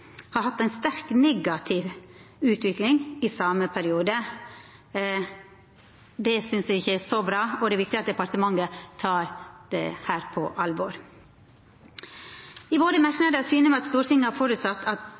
har hatt en sterkt negativ utvikling i samme periode». Det synest eg ikkje er så bra, og det er viktig at departementet tek dette på alvor. I merknadene syner komiteen til at Stortinget har føresett at